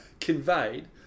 conveyed